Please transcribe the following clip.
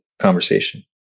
conversation